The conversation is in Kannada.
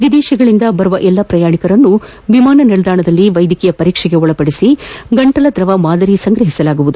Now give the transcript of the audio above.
ವಿದೇಶಗಳಿಂದ ಆಗಮಿಸುವ ಎಲ್ಲಾ ಪ್ರಯಾಣಿಕರನ್ನು ವಿಮಾನ ನಿಲ್ದಾಣದಲ್ಲಿ ವೈದ್ಯಕೀಯ ಪರೀಕ್ಷೆಗೊಳಪಡಿಸಿ ಗಂಟಲ ದ್ರವ ಮಾದರಿ ಸಂಗ್ರಹಿಸಲಾಗುವುದು